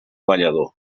ballador